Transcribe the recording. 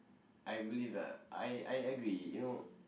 I believe lah I I agree you know